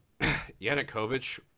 Yanukovych